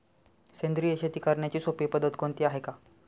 सेंद्रिय शेती करण्याची सोपी पद्धत कोणती आहे का?